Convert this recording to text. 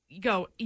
go